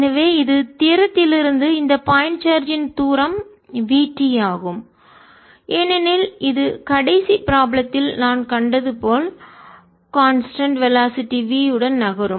எனவே இதுதியரம் லிருந்து இந்த பாயிண்ட் சார்ஜ் ன் தூரம் v t ஆகும் ஏனெனில் இது கடைசி ப்ராபளத்தில் நாம் கண்டது போல் கான்ஸ்டன்ட் நிலையானது வெலாசிட்டி வேகம் v உடன் நகரும்